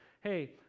hey